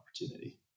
opportunity